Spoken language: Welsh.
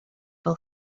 fel